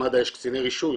במד"א יש קציני רישוי,